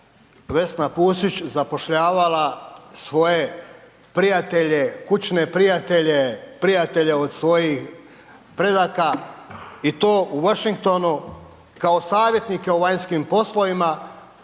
Vesna Pusić zapošljavala svoje prijatelje, kućne prijatelje, prijatelje od svojih predaka i to u Washingtonu kao savjetnike u vanjskim poslovima,